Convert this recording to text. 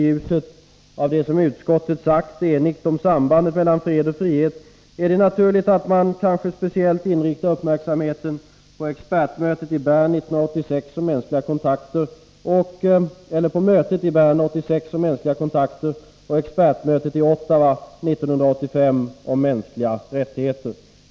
I ljuset av det som ett enigt utskott har sagt om sambandet mellan fred och frihet är det naturligt att man speciellt inriktar uppmärksamheten på expertmötet i Ottawa 1985 om mänskliga rättigheter och mötet i Bern 1986 om mänskliga kontakter.